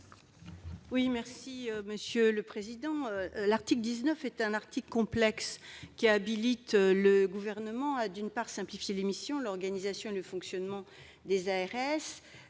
vote sur l'amendement n° 332. L'article 19 est un article complexe, qui habilite le Gouvernement, d'une part, à simplifier les missions, l'organisation et le fonctionnement des ARS,